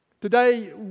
Today